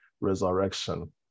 resurrection